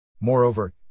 Moreover